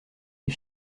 les